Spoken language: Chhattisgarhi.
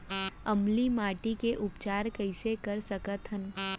अम्लीय माटी के उपचार कइसे कर सकत हन?